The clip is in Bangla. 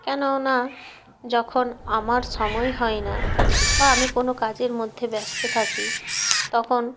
কেননা যখন আমার সময় হয় না বা আমি কোনো কাজের মধ্যে ব্যস্ত থাকি তখন